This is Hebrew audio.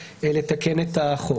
לתקן את החוק.